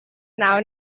now